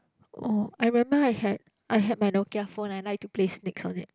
oh I remember I had I had my Nokia phone and I liked to play snakes on it